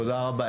תודה רבה.